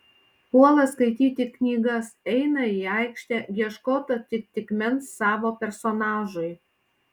puola skaityti knygas eina į aikštę ieškot atitikmens savo personažui